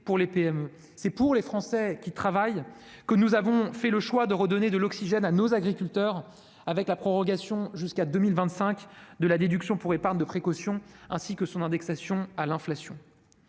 C'est pour les Français qui travaillent que nous avons fait le choix de redonner de l'oxygène à nos agriculteurs, avec la prorogation jusqu'à 2025 de la déduction pour épargne de précaution, ainsi que son indexation sur l'inflation.